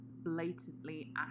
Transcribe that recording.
blatantly